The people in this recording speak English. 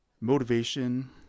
motivation